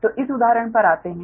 तो इस उदाहरण पर आते हैं